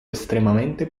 estremamente